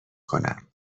کنم